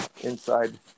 inside